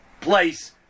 place